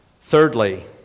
Thirdly